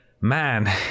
man